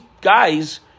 guys